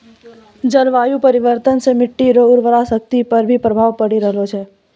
जलवायु परिवर्तन से मट्टी रो उर्वरा शक्ति पर भी प्रभाव पड़ी रहलो छै